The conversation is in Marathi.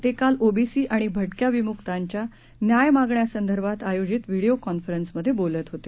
ते काल ओबीसी आणि भटक्या विमुकांच्या न्याय मागण्यांसंदर्भात आयोजित व्हिडिओ कॉन्फरन्समधे बोलत होते